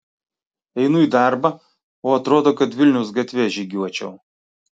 einu į darbą o atrodo kad vilniaus gatve žygiuočiau